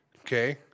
okay